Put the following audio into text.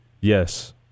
Yes